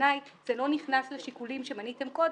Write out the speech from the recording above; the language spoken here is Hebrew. ובעיניי זה לא נכנס לשיקולים שמניתם קודם,